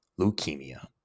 leukemia